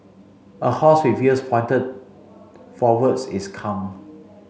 a horse with ears pointed forwards is calm